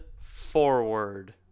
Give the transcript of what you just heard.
forward